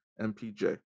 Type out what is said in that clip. mpj